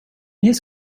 his